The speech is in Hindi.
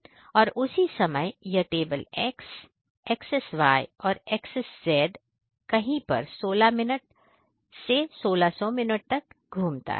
और उसी समय यह table X axis Y axis और Z एक्सेस कहीं पर 16 पर मिनट से 1600 मिनट तक घूम सकता है